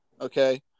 Okay